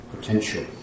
potential